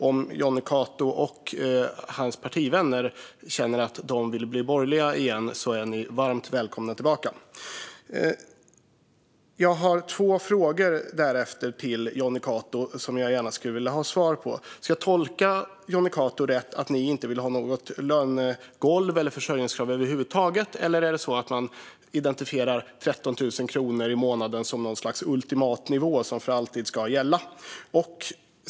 Om Jonny Cato och hans partivänner känner att de vill bli borgerliga igen är de varmt välkomna tillbaka. Jag har därefter två frågor till Jonny Cato som jag gärna skulle vilja ha svar på. Ska jag tolka Jonny Cato som att ni inte vill ha något lönegolv eller försörjningskrav över huvud taget, eller identifierar ni 13 000 kronor i månaden som något slags ultimat nivå som för alltid ska gälla?